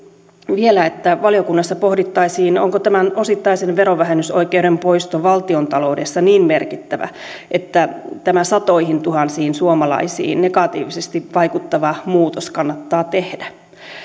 vielä että valiokunnassa pohdittaisiin onko tämän osittaisen verovähennysoikeuden poisto valtiontaloudessa niin merkittävä että tämä satoihintuhansiin suomalaisiin negatiivisesti vaikuttava muutos kannattaa tehdä